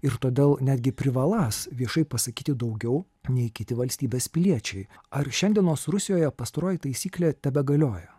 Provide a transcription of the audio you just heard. ir todėl netgi privaląs viešai pasakyti daugiau nei kiti valstybės piliečiai ar šiandienos rusijoje pastaroji taisyklė tebegalioja